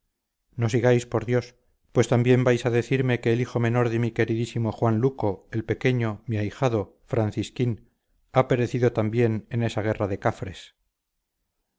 no sigáis por dios pues también vais a decirme que el hijo menor de mi queridísimo juan luco el pequeño mi ahijado francisquín ha perecido también en esa guerra de cafres